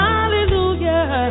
Hallelujah